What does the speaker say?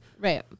Right